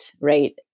right